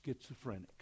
schizophrenic